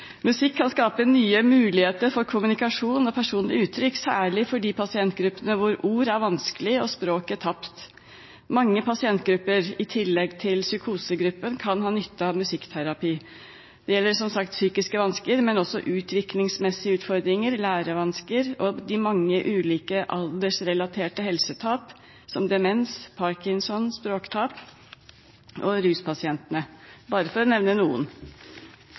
Musikk kan skape nye muligheter for kommunikasjon og personlig uttrykk, særlig for de pasientgruppene hvor ord er vanskelig og språket tapt. Mange pasientgrupper i tillegg til psykosegruppen kan ha nytte av musikkterapi. Det gjelder som sagt psykiske vansker, men også utviklingsmessige utfordringer, lærevansker og de mange ulike aldersrelaterte helsetap, som demens, parkinson, språktap og ruspasientene – bare for å nevne noen.